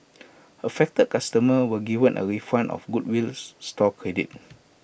affected customer were given A refund and goodwill store credit